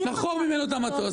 נחכור ממנו את המטוס,